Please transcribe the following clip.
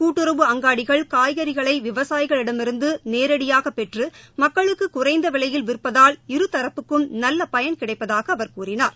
கூட்டுறவு அங்காடிகள் காய்கறிகளை விவசாயிகளிடமிருந்து நேரடியாக பெற்று மக்களுக்கு குறைந்த விலையில் விற்பதால் இருதரப்புக்கும் நல்ல பயன் கிடைப்பதாக அவர் கூறினார்